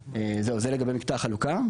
זהו, זה לגבי מקטע החלוקה.